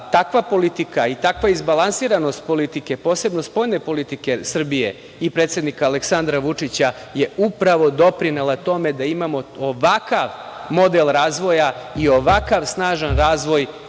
takva politika i takva izbalansiranost politike, posebno spoljne politike Srbije i predsednika Aleksandra Vučića je upravo doprinela tome da imamo ovakav model razvoja i ovakav snažan razvoj